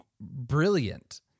brilliant